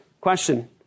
Question